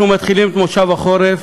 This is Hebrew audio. אנחנו מתחילים את מושב החורף